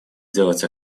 делать